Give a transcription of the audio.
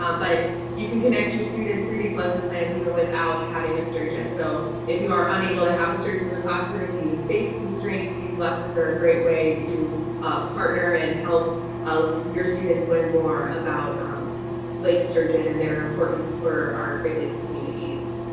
um but you can connect your students through these lesson plans even without having a sturgeon. so if you are unable to have a sturgeon in the classroom due to space constraints, these lessons are a great way to um partner and help your students learn more about lake sturgeon and their importance for our great lakes communities.